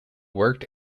worked